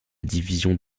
division